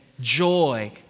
joy